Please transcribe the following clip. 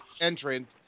entrance